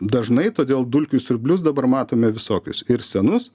dažnai todėl dulkių siurblius dabar matome visokius ir senus